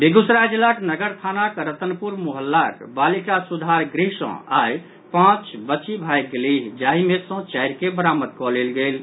बेगूसराय जिलाक नगर थानाक रतनपुर मुहल्लाक बालिका सुधार गृह सँ आइ पांच बच्ची भागि गेल जाहि मे सँ चारि के बरामद कऽ लेल गेल अछि